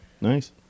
nice